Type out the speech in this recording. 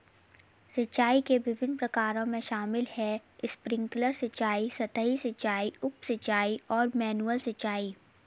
सिंचाई के विभिन्न प्रकारों में शामिल है स्प्रिंकलर सिंचाई, सतही सिंचाई, उप सिंचाई और मैनुअल सिंचाई